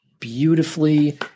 beautifully